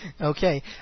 Okay